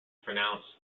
pronounced